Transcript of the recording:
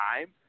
time